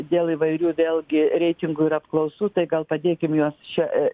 dėl įvairių vėlgi reitingų ir apklausų tai gal padėkim juos šią